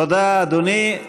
תודה, אדוני.